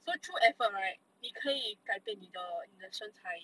so through effort right 你可以改变你的身材